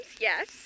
yes